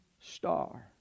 star